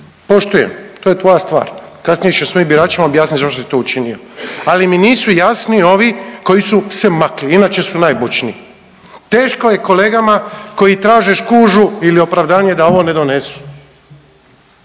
Poštujem, to je tvoja stvar, kasnije ćeš svojim biračima objasniti zašto si to učinio. Ali mi nisu jasni ovi koji su se makli, inače su najbučniji. Teško je kolegama koji traže škužu ili opravdanje da ovo ne donesu.